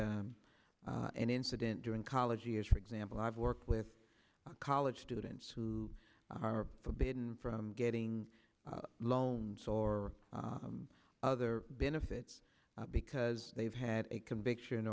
an incident during college years for example i've worked with college students who are forbidden from getting loans or other benefits because they've had a conviction